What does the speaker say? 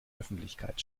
öffentlichkeit